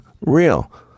real